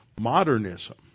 modernism